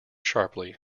sharply